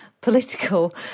political